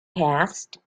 passed